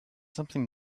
something